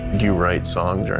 you write songs or